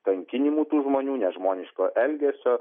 kankinimų tų žmonių nežmoniško elgesio